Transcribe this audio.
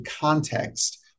context